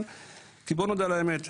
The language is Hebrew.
בואו נודה על האמת,